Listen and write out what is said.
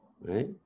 right